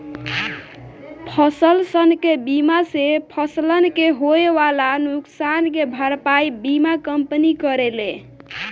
फसलसन के बीमा से फसलन के होए वाला नुकसान के भरपाई बीमा कंपनी करेले